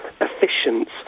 efficient